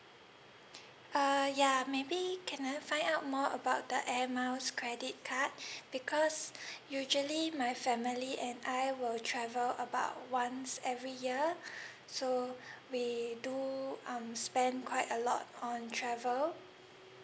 uh ya maybe can I find out more about the air miles credit card because usually my family and I will travel about once every year so we do um spend quite a lot on travel